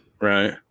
Right